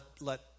let